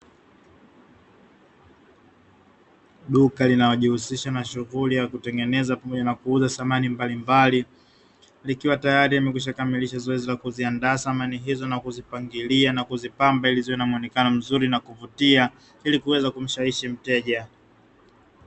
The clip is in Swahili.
Duka linalojihusisha na shughuli ya kutengeneza na pamoja na kuuza samani mbalimbali, likiwa tayari limekwishakamilisha zoezi la kuliandaa samani hizo na kuzipangilia na kuzipamba ili ziwe na muonekano mzuri na wa kuvutia ili kuweza kumshawishi mteja.